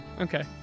Okay